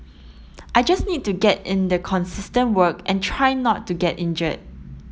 I just need to get in the consistent work and try not to get injured